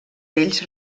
ells